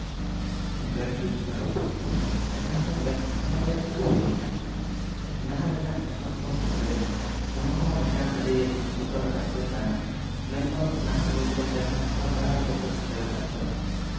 ᱜᱟᱹᱰᱤ ᱨᱚᱯᱚᱜ ᱜᱷᱚᱴᱚᱱ ᱡᱟᱦᱟᱸ ᱫᱚ ᱢᱮᱫ ᱥᱟᱢᱟᱝᱨᱮ ᱦᱩᱭ ᱮᱱᱟ ᱱᱟᱦᱟᱜ ᱨᱮᱱᱟᱜ ᱜᱷᱚᱴᱚᱱ ᱠᱚ ᱢᱩᱫᱽ ᱨᱮ ᱱᱚᱣᱟ ᱦᱚᱸ ᱢᱤᱫᱴᱟᱱ ᱟᱹᱰᱤ ᱵᱚᱛᱚᱨᱟᱱᱟᱜ ᱜᱮ ᱠᱟᱱᱟ ᱢᱮᱱᱫᱚ ᱱᱟᱦᱟᱜ ᱡᱩᱜᱽᱨᱮ ᱡᱟᱦᱟᱸ ᱦᱚᱨ ᱰᱟᱦᱟᱨ ᱠᱚᱠᱚ ᱪᱤᱠᱟᱹᱲ ᱟᱠᱟᱫ ᱫᱚ